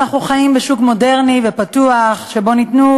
אנחנו חיים בשוק מודרני ופתוח שבו ניתנה